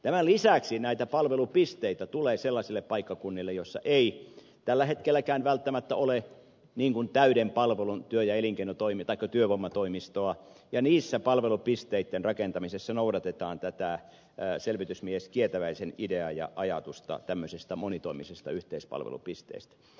tämän lisäksi näitä palvelupisteitä tulee sellaisille paikkakunnille joissa ei tällä hetkelläkään välttämättä ole täyden palvelun työvoimatoimistoa ja niiden palvelupisteitten rakentamisessa noudatetaan tätä selvitysmies kietäväisen ideaa ja ajatusta tämmöisestä monitoimisesta yhteispalvelupisteestä